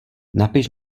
napiš